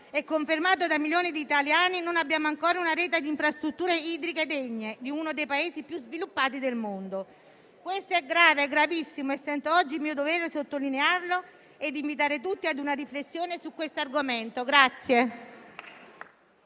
e confermato da milioni di italiani, non abbiamo ancora una rete di infrastrutture idriche degne di uno dei Paesi più sviluppati del mondo. Questo è gravissimo e sento oggi il dovere di sottolinearlo e di invitare tutti ad una riflessione su questo argomento